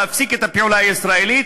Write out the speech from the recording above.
להפסיק את הפעולה הישראלית.